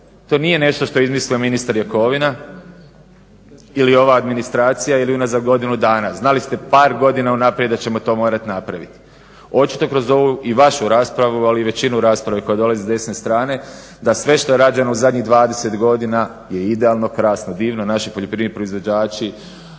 To nije nešto što je izmislio ministar Jakovina ili ova administracija ili unazad godinu dana, znali ste par godina unaprijed da ćemo to morat napravit. Očito kroz ovu i vašu raspravu, ali i većinu rasprave koja dolazi s desne strane, da sve što je rađeno u zadnjih 20 godina je idealno, krasno, divno, naši poljoprivredni proizvođači,